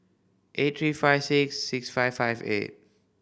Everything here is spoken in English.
eight three five six six five five eight